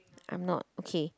I'm not okay